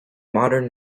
modern